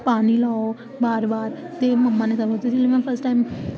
पानी पाओ बार बार ते मम्मा नै फर्स्ट टाईम